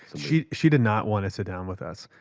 she she did not want to sit down with us.